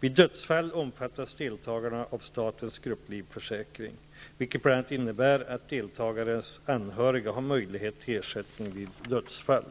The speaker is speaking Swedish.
Vid dödsfall omfattas deltagarna av statens grupplivförsäkring, vilket bl.a. innebär att deltagares anhöriga har möjlighet till ersättning vid dödsfall.